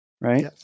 right